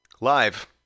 Live